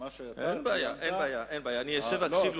אין בעיה, אני אשב ואקשיב לו.